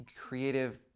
creative